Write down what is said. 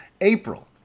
April